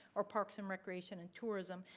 or parks and recreation and tourism.